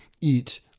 eat